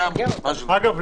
אגב,